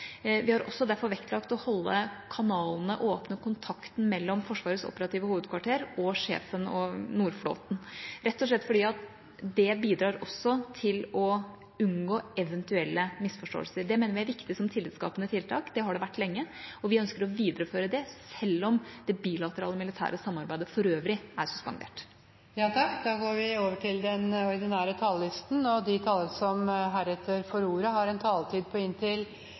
gjort det også med det formål å unngå eventuelle misforståelser, nettopp fordi det er økt militær aktivitet. Vi har sett det over tid. Vi har derfor vektlagt å holde kanalene åpne – kontakten mellom Forsvarets operative hovedkvarter og sjefen for Nordflåten – rett og slett fordi det bidrar til å unngå eventuelle misforståelser. Det mener vi er viktig, som et tillitsskapende tiltak. Det har det vært lenge. Vi ønsker å videreføre det, selv om det bilaterale militære samarbeidet for øvrig er suspendert. Replikkordskiftet er omme. De talere som heretter får ordet, har en